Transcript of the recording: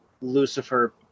Lucifer